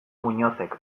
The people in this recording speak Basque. muñozek